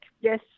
yes